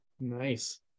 nice